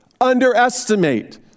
underestimate